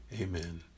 Amen